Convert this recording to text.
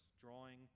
drawing